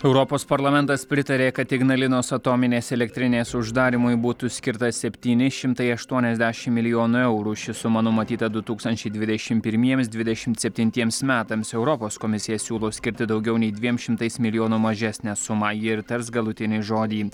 europos parlamentas pritarė kad ignalinos atominės elektrinės uždarymui būtų skirta septyni šimtai aštuoniasdešim milijonų eurų ši suma numatyta du tūkstančiai dvidešim pirmiems dvidešim septintiems metams europos komisija siūlo skirti daugiau nei dviem šimtais milijonų mažesnę sumą ji ir tars galutinį žodį